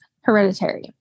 hereditary